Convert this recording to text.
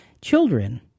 Children